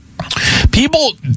People